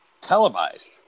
televised